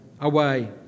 away